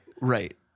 Right